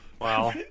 Wow